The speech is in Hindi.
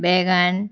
बैंगन